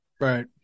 right